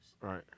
Right